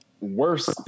worse